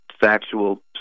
factual